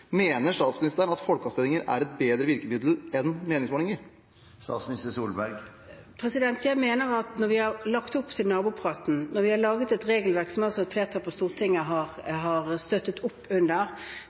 Mener statsministeren at folkeavstemninger er et bedre virkemiddel enn meningsmålinger? Jeg mener at når vi har lagt opp til nabopraten, når vi har laget et regelverk som et flertall på Stortinget har støttet opp under,